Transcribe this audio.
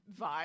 vibe